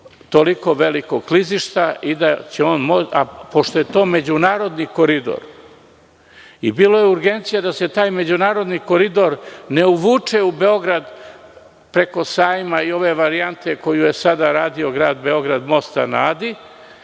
tog velikog klizišta. Pošto je to međunarodni koridor, bilo je urgencija da se taj međunarodni koridor ne uvuče u Beograd preko Sajma i ove varijante, koju je sada radio grad Beograd, mosta na Adi,